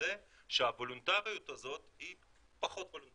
ומוודא שהוולונטריות הזאת היא פחות וולונטרית.